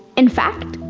in fact,